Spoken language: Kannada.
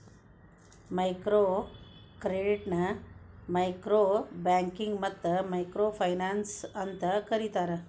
ಮೈಕ್ರೋ ಕ್ರೆಡಿಟ್ನ ಮೈಕ್ರೋ ಬ್ಯಾಂಕಿಂಗ್ ಮತ್ತ ಮೈಕ್ರೋ ಫೈನಾನ್ಸ್ ಅಂತೂ ಕರಿತಾರ